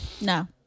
No